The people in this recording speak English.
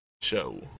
show